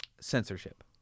censorship